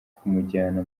kumujyana